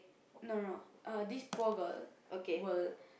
no no no uh this poor girl will